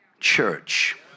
Church